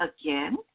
again